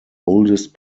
oldest